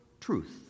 truth